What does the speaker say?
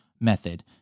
method